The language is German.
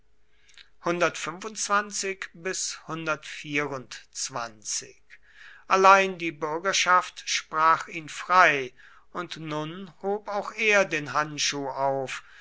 allein die bürgerschaft sprach ihn frei und nun hob auch er den handschuh auf